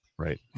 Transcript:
right